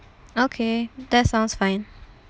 okay that sounds fine